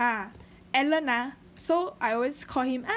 ah allen ah so I always call him